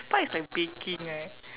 pie is like baking right